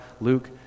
Luke